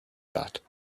that